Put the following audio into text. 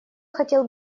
хотел